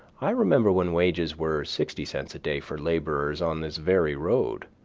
i remember when wages were sixty cents a day for laborers on this very road.